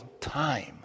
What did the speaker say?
time